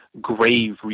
grave